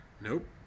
Nope